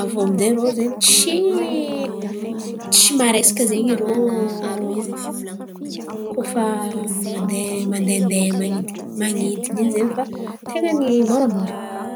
Aviô rô zen̈y rô tsy tsy maresaka zen̈y rô koa fa mandeha mandeha mandehadeha man̈idin̈y in̈y zen̈y fa tain̈a ny moramora.